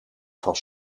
van